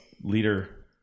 leader